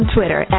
Twitter